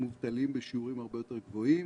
מובטלים בשיעורים הרבה יותר גבוהים,